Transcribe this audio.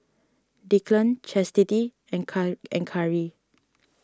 Declan Chastity and and Khari